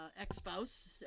ex-spouse